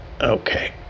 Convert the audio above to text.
Okay